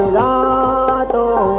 da da